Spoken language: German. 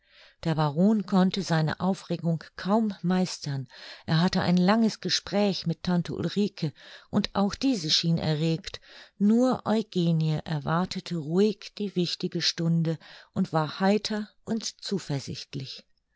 der baron konnte seine aufregung kaum bemeistern er hatte ein langes gespräch mit tante ulrike und auch diese schien erregt nur eugenie erwartete ruhig die wichtige stunde und war heiter und zuversichtlich